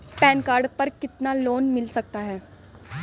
Pan card पर कितना loan मिल सकता है?